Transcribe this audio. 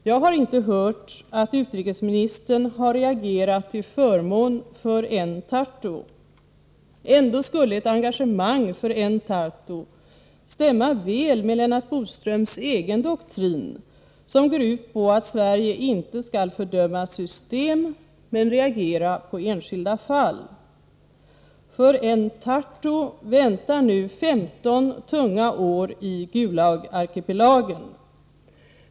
Jag har inte hört att utrikesministern har reagerat till förmån för Enn Tarto. Ändå skulle ett engagemang för Enn Tarto stämma väl med Lennart Bodströms egen doktrin, som går ut på att Sverige inte skall fördöma system men reagera på enskilda fall. För Enn Tarto väntar nu 15 tunga år i Gulagarkipelagen.